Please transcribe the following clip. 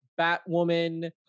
batwoman